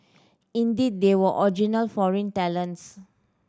indeed they were original foreign talents